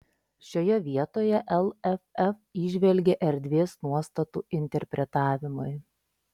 šioje vietoje lff įžvelgė erdvės nuostatų interpretavimui